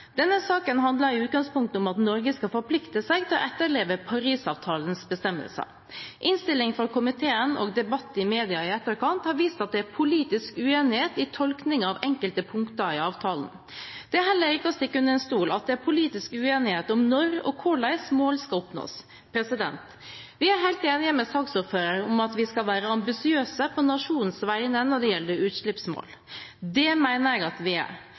Denne saken handler i utgangspunktet om at Norge skal forplikte seg til å etterleve Paris-avtalens bestemmelser. Innstillingen fra komiteen og debatten i media i etterkant har vist at det er politisk uenighet i tolkningen av enkelte punkter i avtalen. Det er heller ikke til å stikke under stol at det er politisk uenighet om når og hvordan mål skal oppnås. Vi er helt enig med saksordføreren i at vi skal være ambisiøse på nasjonens vegne når det gjelder utslippsmål. Det mener jeg at vi er.